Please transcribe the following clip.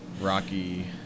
rocky